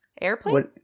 airplane